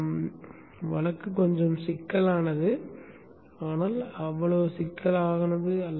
எங்கள் வழக்கு கொஞ்சம் சிக்கலானது ஆனால் அவ்வளவு சிக்கலானது அல்ல